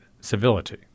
civility